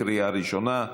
לקריאה ראשונה.